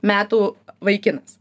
metų vaikinas